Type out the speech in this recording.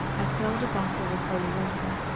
i filled a bottle with holy water.